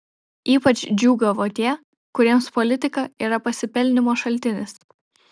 ypač džiūgavo tie kuriems politika yra pasipelnymo šaltinis